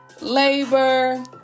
labor